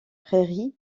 prairies